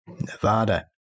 Nevada